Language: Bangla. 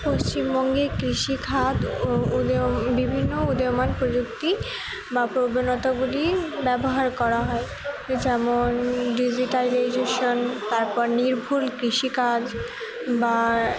পশ্চিমবঙ্গে কৃষিখাত ও বিভিন্ন উদয়মান প্রযুক্তি বা প্রবণতাগুলি ব্যবহার করা হয় যেমন ডিজিটাইলাইজেশান তারপর নির্ভুল কৃষিকাজ বা